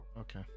Okay